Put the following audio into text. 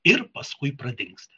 ir paskui pradingsta